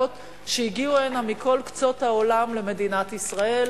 שהגיעו הנה מכל קצות העולם למדינת ישראל,